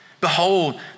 Behold